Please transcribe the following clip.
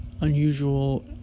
unusual